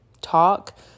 talk